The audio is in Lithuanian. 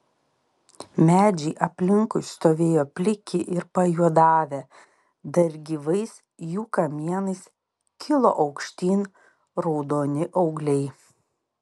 medžiai aplinkui stovėjo pliki ir pajuodavę dar gyvais jų kamienais kilo aukštyn raudoni augliai